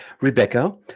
Rebecca